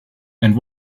and